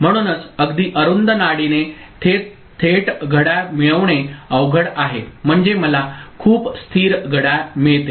म्हणूनच अगदी अरुंद नाडीने थेट घड्याळ मिळवणे अवघड आहे म्हणजे मला खूप स्थिर घड्याळ मिळते